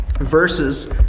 verses